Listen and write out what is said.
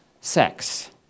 sex